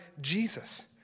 Jesus